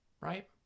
right